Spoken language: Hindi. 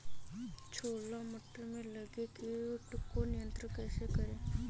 छोला मटर में लगे कीट को नियंत्रण कैसे करें?